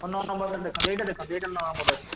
ହଁ ନଅ ନମ୍ବରଟା ଦେଖନ୍ତୁ ଏଇଟା ଦେଖନ୍ତୁ ଏଇଟା ନଅ ନମ୍ବର ଅଛି